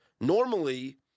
normally